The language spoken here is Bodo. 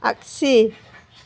आगसि